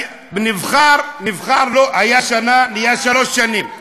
נבחר, היה לו שנה, נהיה שלוש שנים.